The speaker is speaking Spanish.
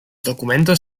documentos